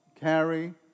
carry